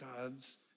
God's